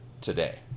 today